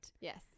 yes